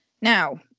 now